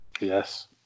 yes